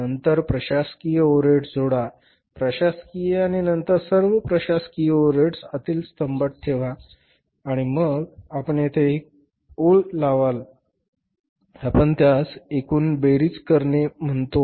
नंतर प्रशासकीय ओव्हरहेड्स जोडा प्रशासकीय आणि नंतर सर्व प्रशासकीय ओव्हरहेड्स आतील स्तंभात ठेवा आणि मग आपण येथे एक ओळ लावाल आपण त्यास एकूण बेरीज करणे म्हणतो